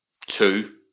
two